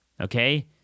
Okay